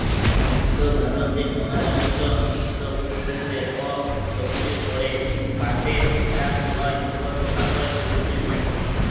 মইধ্য ভারতের মহারাস্ট্র, মইধ্যপদেস অ ছত্তিসগঢ়ে বাঁসের চাস হয় মুলত কাগজ সিল্পের লাগ্যে